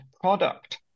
product